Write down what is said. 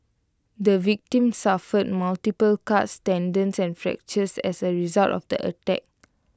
the victim suffered multiple cut tendons and fractures as A result of the attack